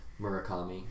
Murakami